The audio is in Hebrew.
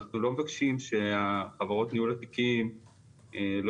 אנחנו לא מבקשים שחברות ניהול התיקים לא